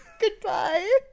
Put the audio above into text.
goodbye